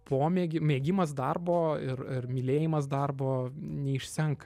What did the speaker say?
pomėgį mėgimas darbo ir ir mylėjimas darbo neišsenka